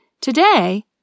Today